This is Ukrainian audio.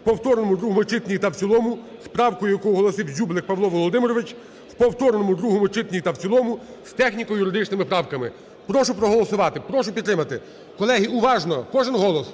в повторному другому читанні та в цілому, з правкою, яку оголосив Дзюблик Павло Володимирович, в повторному другому читанні та в цілому з техніко-юридичними правками. Прошу проголосувати, прошу підтримати. Колеги, уважно кожен голос,